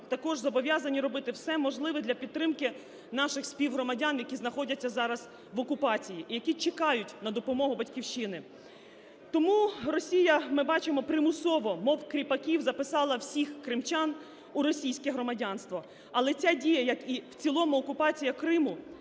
також зобов'язані робити все можливе для підтримки наших співгромадян, які знаходяться зараз в окупації і які чекають на допомогу Батьківщини. Тому Росія, ми бачимо, примусово, мов кріпаків, записала всіх кримчан у російське громадянство. Але ця дія, як і в цілому окупація Криму,